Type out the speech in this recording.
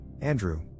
Andrew